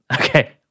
okay